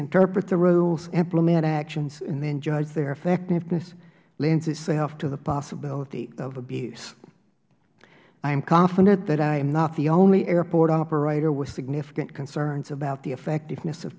interpret the rules implement actions and then judge their effectiveness lends itself to the possibility of abuse i am confident that i am not the only airport operator with significant concerns about the effectiveness of